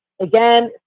Again